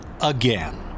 again